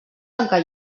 tancar